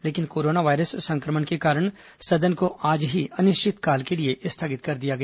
लेकिन corona virus संक्रमण के कारण सदन को आज ही अनिश्चितकाल के लिए स्थगित कर दिया गया